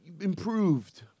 improved